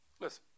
Listen